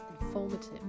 informative